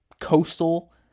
Coastal